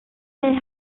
their